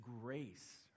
grace